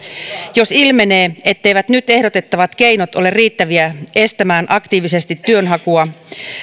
jos ilmenee etteivät nyt ehdotettavat keinot ole riittäviä estämään aktiivisesti työnhakua